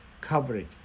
Coverage